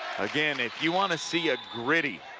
again, if you want to see a gritty,